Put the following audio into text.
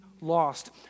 lost